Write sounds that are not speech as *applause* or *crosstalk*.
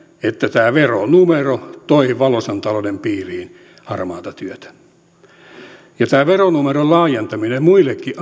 että tämä veronumero toi valoisan talouden piiriin harmaata työtä tämä veronumeron laajentaminen muillekin *unintelligible*